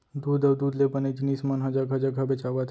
दूद अउ दूद ले बने जिनिस मन ह जघा जघा बेचावत हे